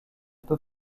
peut